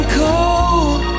cold